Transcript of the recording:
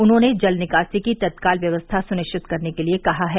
उन्होंने जल निकासी की तत्काल व्यवस्था सुनिश्चित करने के लिये कहा है